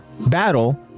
battle